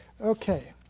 okay